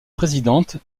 présidente